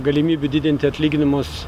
galimybių didinti atlyginimus